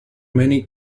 many